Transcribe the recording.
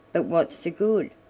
but what's the good?